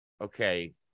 okay